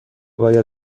باید